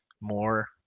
more